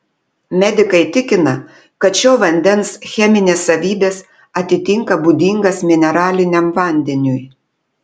medikai tikina kad šio vandens cheminės savybės atitinka būdingas mineraliniam vandeniui